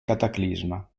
cataclisma